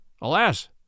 Alas